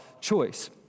choice